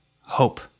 hope